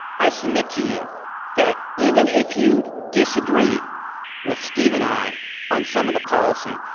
i submit to you that even if you disagree with steve and i on some of the policy,